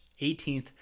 18th